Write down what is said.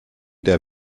der